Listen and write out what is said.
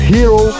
Hero